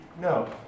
No